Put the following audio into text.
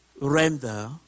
render